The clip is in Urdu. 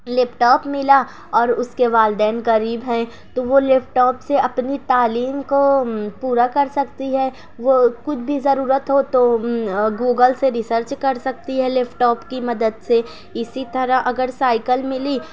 لیپ ٹاپ ملا اور اس کے والدین غریب ہیں تو وہ لیپ ٹاپ سے اپنی تعلیم کو پورا کر سکتی ہے وہ کچھ بھی ضرورت ہو تو گوگل سے ریسرچ کر سکتی ہے لیپ ٹاپ کی مدد سے اسی طرح اگر سائیکل ملی